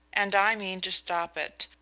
and i mean to stop it.